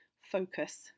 focus